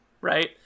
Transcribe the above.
right